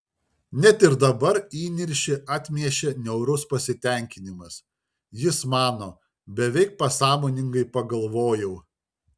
net ir dabar įniršį atmiešė niaurus pasitenkinimas jis mano beveik pasąmoningai pagalvojau